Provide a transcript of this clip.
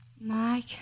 Mike